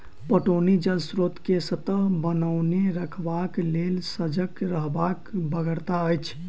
पटौनी जल स्रोत के सतत बनओने रखबाक लेल सजग रहबाक बेगरता अछि